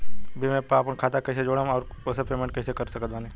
Bhim app पर आपन खाता के कईसे जोड़म आउर ओसे पेमेंट कईसे कर सकत बानी?